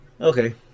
Okay